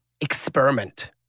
experiment